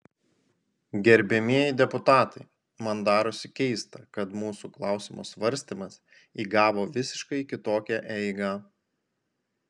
gerbiamieji deputatai man darosi keista kad mūsų klausimo svarstymas įgavo visiškai kitokią eigą